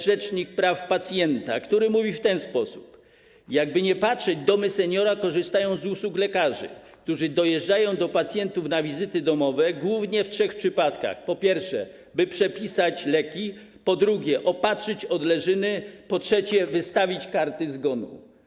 Rzecznik praw pacjenta mówi o tym w ten sposób: Jakkolwiek by patrzeć, domy seniora korzystają z usług lekarzy, którzy dojeżdżają do pacjentów na wizyty domowe głównie w trzech przypadkach: po pierwsze, by przepisać leki, po drugie, by opatrzyć odleżyny, po trzecie, by wystawić kartę zgonu.